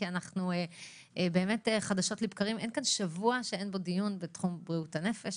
כי אין כאן שבוע שאין בו דיון בתחום בריאות הנפש,